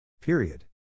Period